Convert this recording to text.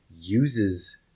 uses